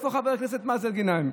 איפה חבר הכנסת מאזן גנאים?